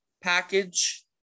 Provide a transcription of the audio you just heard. package